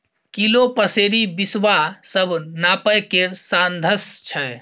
kilo, पसेरी, बिसवा सब नापय केर साधंश छै